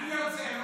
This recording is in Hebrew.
אני יוצא.